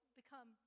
become